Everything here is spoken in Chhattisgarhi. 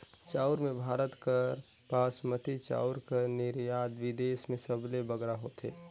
चाँउर में भारत कर बासमती चाउर कर निरयात बिदेस में सबले बगरा होथे